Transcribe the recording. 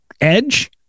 edge